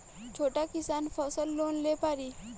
छोटा किसान फसल लोन ले पारी?